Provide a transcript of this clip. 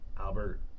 Albert